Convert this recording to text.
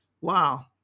Wow